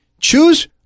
choose